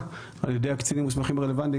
על ידי הקצינים המוסמכים הרלוונטיים,